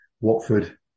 Watford